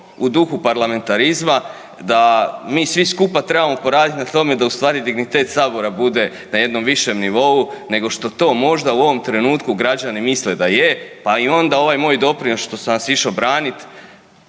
u duhu parlamentarizma, da mi svi skupa trebamo poraditi na tome da u stvari dignitet sabora bude na jednom višem nivou nego što to možda u ovom trenutku građani misle da je, pa i onda ovaj moj doprinos što sam vas išao branit